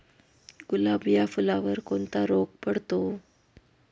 गुलाब या फुलावर कोणता रोग पडतो?